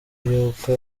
y’uko